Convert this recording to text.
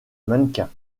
mannequin